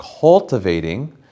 cultivating